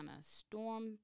Storm